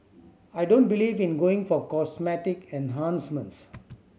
I don't believe in going for cosmetic enhancements